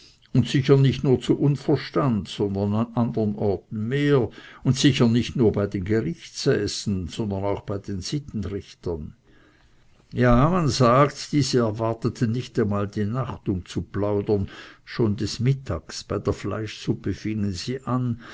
sicher nicht nur zu unverstand sondern an andern orten mehr und sicher nicht nur bei den gerichtssäßen sondern auch bei den sittenrichtern ja man sagt diese erwarteten nicht einmal die nacht um zu plaudern sondern schon des mittags bei der fleischsuppe fingen sie an